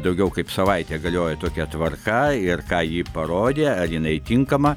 daugiau kaip savaitę galioja tokia tvarka ir ką ji parodė ar jinai tinkama